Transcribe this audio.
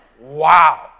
wow